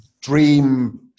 dream